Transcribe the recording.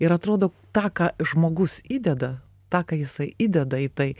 ir atrodo tą ką žmogus įdeda tą ką jisai įdeda į tai